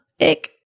ick